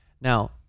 Now